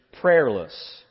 prayerless